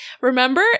Remember